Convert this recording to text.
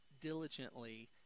diligently